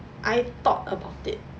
I thought about it